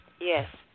Yes